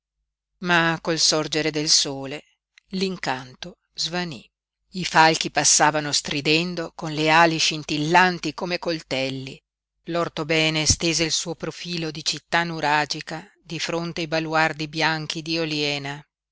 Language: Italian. ma col sorgere del sole l'incanto svaní i falchi passavano stridendo con le ali scintillanti come coltelli l'orthobene stese il suo profilo di città nuragica di fronte ai baluardi bianchi di oliena